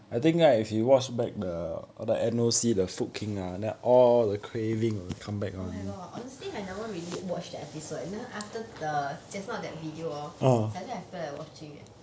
oh my god honestly I never really watch the episode leh then after the just now that video hor suddenly I feel like watching leh